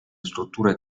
strutture